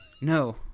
No